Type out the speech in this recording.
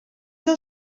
del